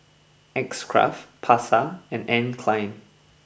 X Craft Pasar and Anne Klein